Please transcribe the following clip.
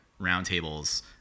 roundtables